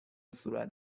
صورت